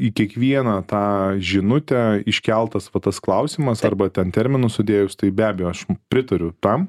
į kiekvieną tą žinutę iškeltas vat tas klausimas arba ten terminus sudėjus tai be abejo aš pritariu tam